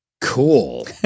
Cool